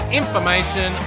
information